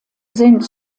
sind